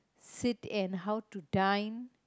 sit in how to dine